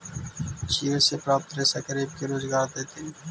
चीड़ से प्राप्त रेशा गरीब के रोजगार देतइ